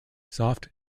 soft